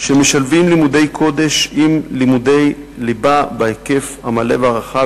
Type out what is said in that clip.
שמשלבים לימודי קודש עם לימודי ליבה בהיקף המלא והרחב.